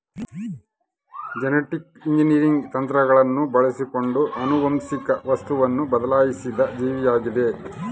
genetic engineering ತಂತ್ರಗಳನ್ನು ಬಳಸಿಕೊಂಡು ಆನುವಂಶಿಕ ವಸ್ತುವನ್ನು ಬದಲಾಯಿಸಿದ ಜೀವಿಯಾಗಿದ